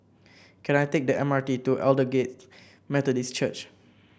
can I take the M R T to Aldersgate Methodist Church